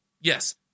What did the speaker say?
yes